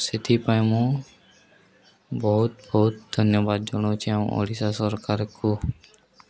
ସେଥିପାଇଁ ମୁଁ ବହୁତ ବହୁତ ଧନ୍ୟବାଦ ଜଣାଉଛି ଆମ ଓଡ଼ିଶା ସରକାରକୁ